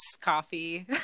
coffee